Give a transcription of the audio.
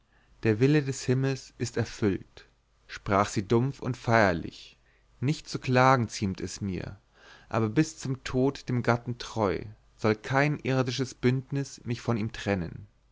der wille des himmels ist erfüllt sprach sie dumpf und feierlich nicht zu klagen ziemt es mir aber bis zum tode dem gatten treu soll kein irdisches bündnis mich von ihm trennen